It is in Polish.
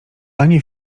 ani